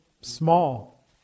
small